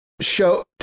show